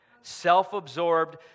self-absorbed